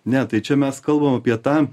ne tai čia mes kalbam apie tą